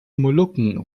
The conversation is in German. molukken